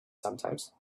sometimes